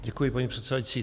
Děkuji, paní předsedající.